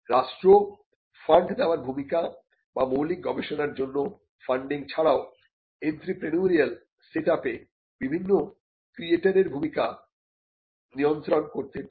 রাষ্ট্র ফান্ড দেওয়ার ভূমিকা বা মৌলিক গবেষণার জন্য ফান্ডিং ছাড়াও এন্ত্রেপ্রেনিউরিয়াল সেট আপে বিভিন্ন ক্রিয়েটরের ভূমিকা নিয়ন্ত্রণ করতে পারে